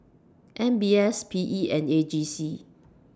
M B S P E and A G C